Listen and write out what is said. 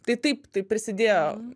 tai taip tai prisidėjo